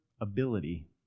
ability